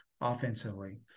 offensively